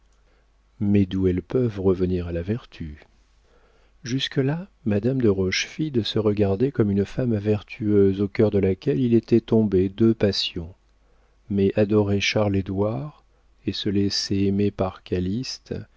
mais d'où elles peuvent revenir à la vertu jusque-là madame de rochefide se regardait comme une femme vertueuse au cœur de laquelle il était tombé deux passions mais adorer charles édouard et se laisser aimer par